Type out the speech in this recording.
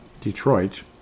Detroit